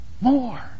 more